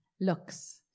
looks